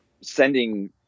sending